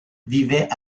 vivait